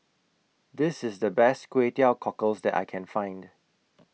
This IS The Best Kway Teow Cockles that I Can Find